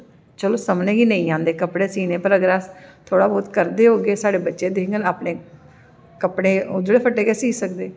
चलो सभनें गी नेईं आंदे कपडे़ सीने पर अगर अस थोह्ड़ा बहोत करदे होगे साढ़े बच्चे दिखङन अपने कपडे़ जेह्ड़े फट्टे दे गै सीह् सकदे